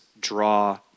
draw